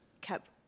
Kept